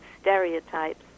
stereotypes